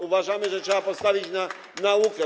Uważamy, że trzeba postawić na naukę.